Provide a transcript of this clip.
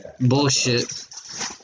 Bullshit